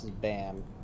Bam